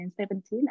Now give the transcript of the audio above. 2017